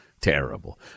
terrible